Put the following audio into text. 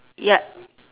ya